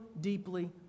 deeply